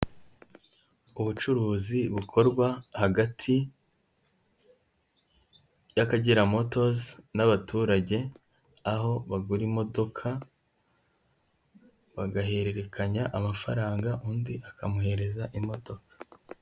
Ubucuruzi bukorwa hagati y'Akagera motozi n'abaturage, aho bagura imodoka bagahererekanya amafaranga, undi akamuhereza imodoka.